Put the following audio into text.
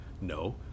No